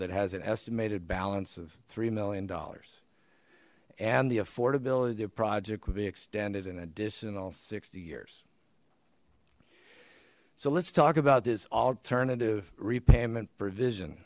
that has an estimated balance of three million dollars and the affordability the project would be extended in additional sixty years so let's talk about this alternative repayment provision